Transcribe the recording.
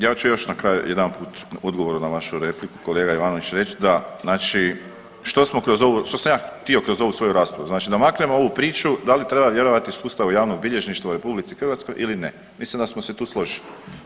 Ja ću još na kraju jedanput odgovor na vašu repliku kolega Ivanović reć da znači što smo kroz ovu, što sam ja htio kroz ovu svoju raspravu, znači da maknemo ovu priču da li treba vjerovati sustavu javnog bilježništva u RH ili ne, mislim da smo se tu složili.